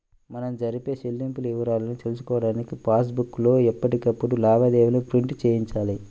మనం జరిపే చెల్లింపుల వివరాలను తెలుసుకోడానికి పాస్ బుక్ లో ఎప్పటికప్పుడు లావాదేవీలను ప్రింట్ చేయించాలి